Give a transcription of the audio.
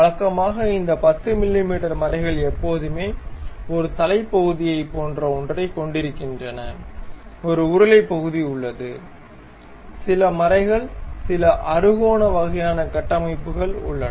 வழக்கமாக இந்த 10 மிமீ மறைகள் எப்போதுமே ஒரு தலை பகுதியைப் போன்ற ஒன்றைக் கொண்டிருக்கின்றன ஒரு உருளை பகுதி உள்ளது சில மறைகள் சில அறுகோண வகையான கட்டமைப்புகள் உள்ளன